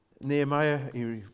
Nehemiah